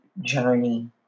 journey